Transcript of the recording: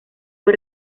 fue